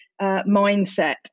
mindset